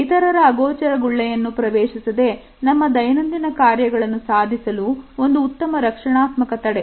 ಇತರರ ಅಗೋಚರ ಗುಳ್ಳೆಯನ್ನು ಪ್ರವೇಶಿಸದೆ ನಮ್ಮ ದೈನಂದಿನ ಕಾರ್ಯಗಳನ್ನು ಸಾಧಿಸಲು ಒಂದು ಉತ್ತಮ ರಕ್ಷಣಾತ್ಮಕ ತಡೆ